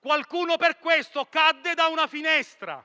Qualcuno per questo cadde da una finestra.